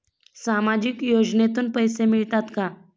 सामाजिक योजनेतून पैसे मिळतात का?